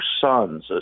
sons